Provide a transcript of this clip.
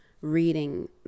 reading